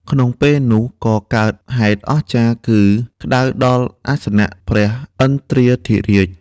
ក្នុងពេលនោះក៏កើតហេតុអស្ចារ្យ គឺក្តៅដល់អសនៈព្រះឥន្ទ្រាធិរាជ។